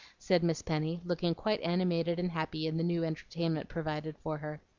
said miss penny, looking quite animated and happy in the new entertainment provided for her.